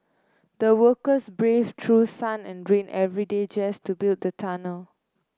the workers braved through sun and rain every day just to build the tunnel